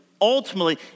ultimately